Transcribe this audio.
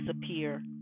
disappear